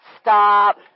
Stop